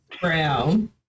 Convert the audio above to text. Brown